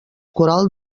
coral